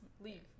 leave